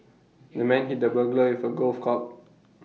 the man hit the burglar with A golf club